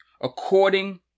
according